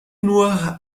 nur